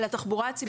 על התחבורה הציבורית.